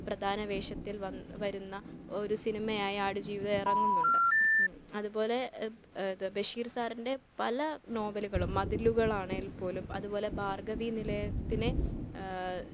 പ്രധാന വേഷത്തിൽ വന്ന് വരുന്ന ഒരു സിനിമയായ ആടുജീവിതം ഇറങ്ങുന്നുണ്ട് അതുപോലെ ഇത് ബഷീർ സാറിൻ്റെ പല നോവലുകളും മതിലുകളാണെങ്കിൽ പോലും അതുപോലെ ഭാർഗവീനിലയത്തിനെ